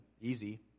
easy